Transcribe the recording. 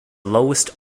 lowest